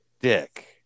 dick